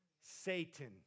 Satan